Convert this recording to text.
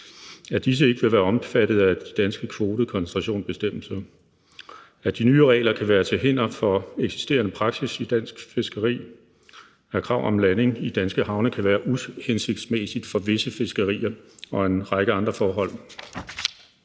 at disse ikke vil være omfattet af de danske kvotekoncentrationsbestemmelser; at de nye regler kan være til hinder for eksisterende praksis i dansk fiskeri; at krav om landing i danske havne kan være uhensigtsmæssigt for visse fiskerier, og dertil kommer en række andre forhold.